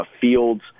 Fields